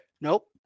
Nope